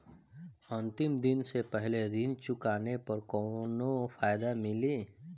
अंतिम दिन से पहले ऋण चुकाने पर कौनो फायदा मिली?